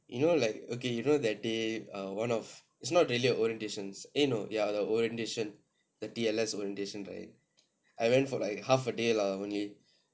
you know like okay you know that day err one of it's not really orientations eh ya no the orientation the T_L_S orientation right I went for like half a day lah only